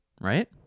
right